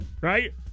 right